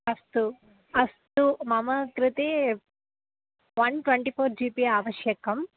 अस्तु अस्तु मम कृते one twenty four G B आवश्यकम्